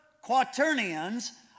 quaternions